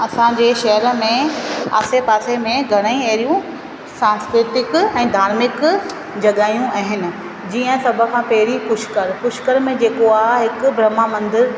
असांजे शहर में आसे पासे में घणेई अहिड़ियूं सांस्कृतिक ऐं धार्मिक जॻहियूं आहिनि जीअं सभ खां पहरियों पुष्कर पुष्कर में जेको आहे हिकु ब्रह्मा मंदरु